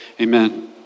amen